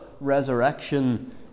resurrection